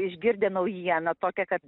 išgirdę naujieną tokią kad